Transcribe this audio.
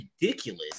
ridiculous